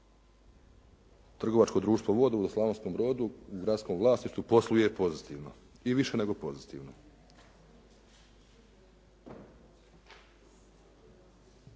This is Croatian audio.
Trgovačko društvo vodovod u Slavonskom Brodu u gradskom vlasništvu posluje pozitivno, i više nego pozitivno.